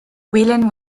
whelan